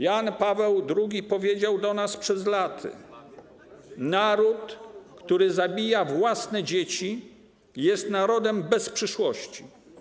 Jan Paweł II powiedział do nas przed laty: naród, który zabija własne dzieci, jest narodem bez przyszłości.